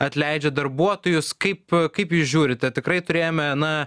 atleidžia darbuotojus kaip kaip jūs žiūrite tikrai turėjome na